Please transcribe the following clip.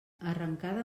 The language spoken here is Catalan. arrencada